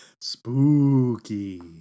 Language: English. Spooky